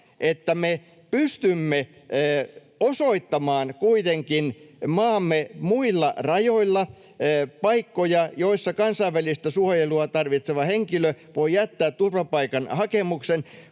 että me pystymme osoittamaan kuitenkin maamme muilla rajoilla paikkoja, joissa kansainvälistä suojelua tarvitseva henkilö voi jättää turvapaikkahakemuksen,